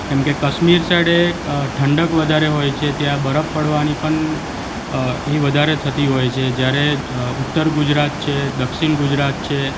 કેમકે કશ્મીર સાઈડે ઠંડક વધારે હોય છે ત્યાં બરફ પડવાની પણ એ વધારે થતી હોય છે જ્યારે ઉત્તર ગુજરાત છે દક્ષિણ ગુજરાત છે